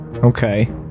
Okay